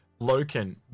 Loken